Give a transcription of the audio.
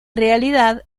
realidad